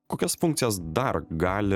kokias funkcijas dar gali